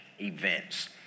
events